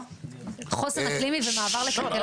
חוסר אקלימי ומעבר לכלכלה